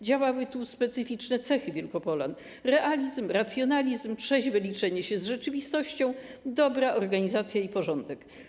Działały tu specyficzne cechy Wielkopolan: realizm, racjonalizm, trzeźwe liczenie się z rzeczywistością, dobra organizacja i porządek.